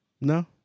No